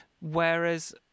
whereas